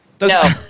No